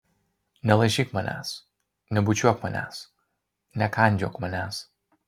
nelaižyk manęs nebučiuok manęs nekandžiok manęs